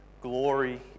glory